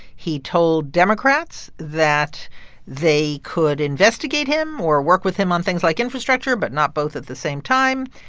he told democrats that they could investigate him or work with him on things like infrastructure, but not both at the same time.